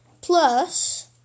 Plus